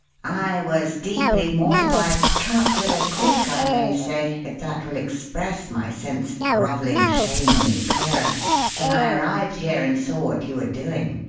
i was deeply mortified cut to the quick, i may say, if that will express my sense of grovelling shame any clearer when i arrived here and saw what you were doing.